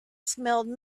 smelled